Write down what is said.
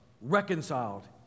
reconciled